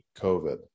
COVID